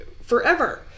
forever